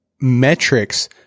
metrics